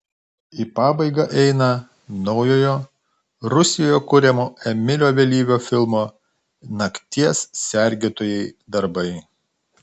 į pabaigą eina naujojo rusijoje kuriamo emilio vėlyvio filmo nakties sergėtojai darbai